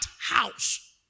house